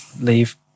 leave